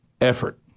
effort